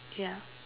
yeah